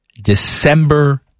December